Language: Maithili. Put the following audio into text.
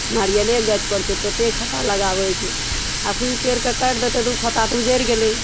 नारियले गाछ पर छै तोते खोँता लगाबै छै अखन ओ पेड़के काटि देतै तऽ ओ खोता तऽ उजैड़ गेलै